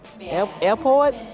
airport